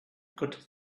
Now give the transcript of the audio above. good